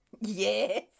Yes